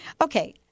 Okay